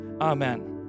amen